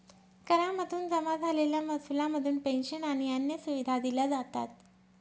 करा मधून जमा झालेल्या महसुला मधून पेंशन आणि अन्य सुविधा दिल्या जातात